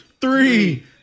three